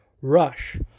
rush